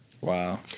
Wow